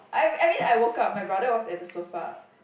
I I mean I woke up my brother was at the sofa